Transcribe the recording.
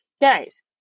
Guys